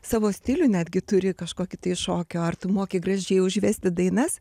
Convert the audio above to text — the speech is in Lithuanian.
savo stilių netgi turi kažkokį tai šokio ar tu moki gražiai užvesti dainas